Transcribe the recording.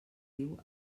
riu